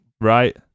Right